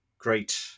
great